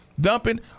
dumping